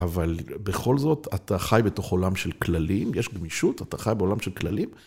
אבל בכל זאת, אתה חי בתוך עולם של כללים, יש גמישות, אתה חי בעולם של כללים.